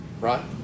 Right